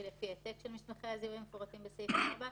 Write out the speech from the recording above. לפי העתק של מסמכי הזיהוי המפורטים בסעיף 4,